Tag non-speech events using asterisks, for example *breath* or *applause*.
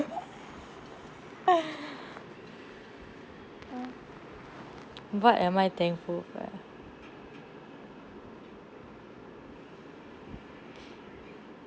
*breath* what am I thankful for